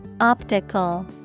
Optical